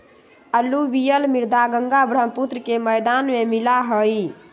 alluvial मृदा गंगा बर्ह्म्पुत्र के मैदान में मिला हई